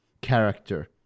character